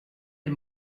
des